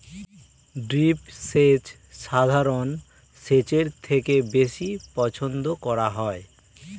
drip সেচ সাধারণ সেচের থেকে বেশি পছন্দ করা হয়